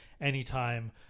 anytime